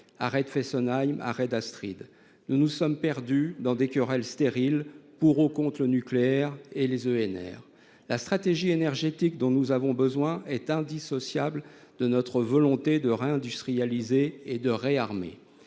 de Fessenheim et du projet Astrid. Nous nous sommes perdus dans des querelles stériles pour ou contre le nucléaire et les énergies renouvelables (EnR). La stratégie énergétique dont nous avons besoin est indissociable de notre volonté de réindustrialiser et de réarmer.